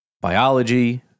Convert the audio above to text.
biology